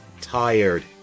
tired